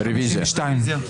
ארבעה בעד, שישה נגד, אין נמנעים.